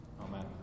Amen